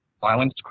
violence